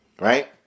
right